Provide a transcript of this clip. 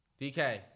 DK